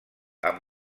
amb